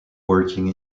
working